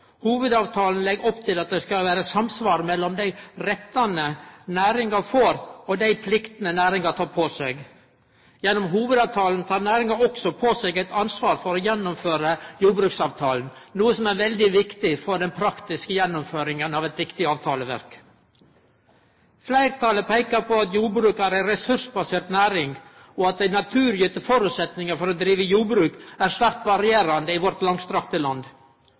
Hovudavtalen legg opp til at det skal vere samsvar mellom dei rettane næringa får, og dei pliktane næringa tek på seg. Gjennom hovudavtalen tek næringa også på seg ansvaret for å gjennomføre jordbruksavtalen, noko som er veldig viktig for den praktiske gjennomføringa av eit viktig avtaleverk. Fleirtalet peikar på at jordbruket er ei ressursbasert næring, og at dei naturgitte føresetnadene for å drive jordbruk er svært varierande i vårt langstrakte land.